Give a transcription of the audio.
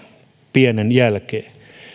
pienen odottelun jälkeen